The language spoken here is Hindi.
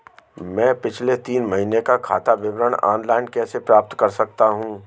मैं पिछले तीन महीनों का खाता विवरण ऑनलाइन कैसे प्राप्त कर सकता हूं?